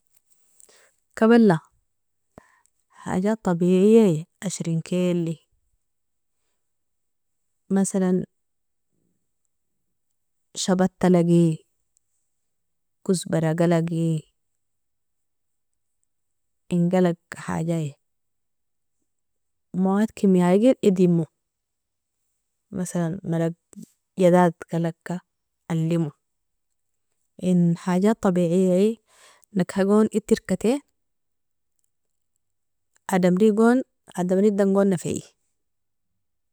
Kabala, حاجات طبيعية ashrinkelie, مثلا shabatalagi, kosbara'galagi, ingalag hajaie, مواد كيميائية ga idermo مثلا مرق جداد galagka, alimo, in حاجات طبيعية nakahagon iterka tae adamri dan gon nafie.